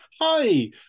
Hi